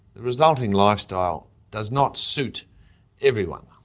resulting lifestyle does not suit everyone.